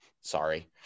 Sorry